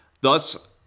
Thus